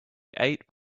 eight